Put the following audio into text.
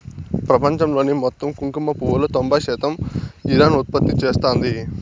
ప్రపంచంలోని మొత్తం కుంకుమ పువ్వులో తొంబై శాతం ఇరాన్ ఉత్పత్తి చేస్తాంది